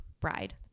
bride